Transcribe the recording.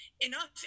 enough